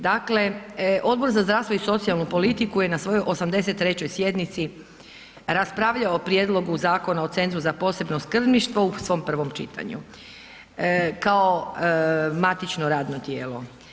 Dakle, Odbor za zdravstvo i socijalnu politiku je na svojoj 83. sjednici raspravljao o Prijedlogu zakona o Centru za posebno skrbništvo u svom prvom čitanju kao matično radno tijelo.